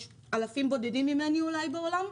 יש אלפים בודדים ממני אולי בעולם.